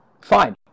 fine